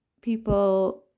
people